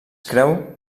creu